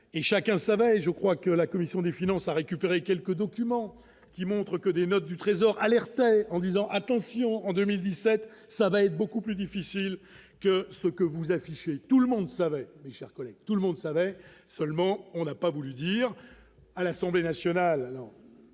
chacun, ça va, et je crois que la commission des finances, a récupéré quelques documents qui montrent que des notes du Trésor alertait en disant attention en 2017, ça va être beaucoup plus difficile que ce que vous affichez tout le monde savait, chers collègues, tout le monde savait seulement on n'a pas voulu dire à l'Assemblée nationale